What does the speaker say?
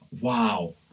wow